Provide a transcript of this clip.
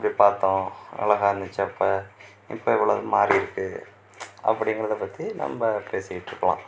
போய் பார்த்தோம் அழகாக இருந்துச்சு அப்போ இப்போது இவ்வளோது மாறியிருக்கு அப்படிங்கிறத பற்றி நம்ம பேசிக்கிட்டு இருக்கலாம்